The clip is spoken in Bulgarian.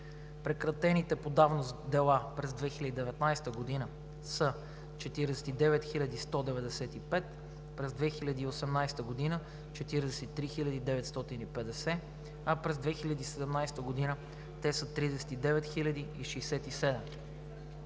Прекратените по давност дела през 2019 г. са 49 195, през 2018 г. – 43 950, а през 2017 г. те са 39 067.